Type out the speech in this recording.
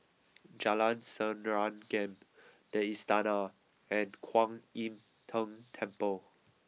Jalan Serengam the Istana and Kuan Im Tng Temple